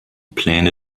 pläne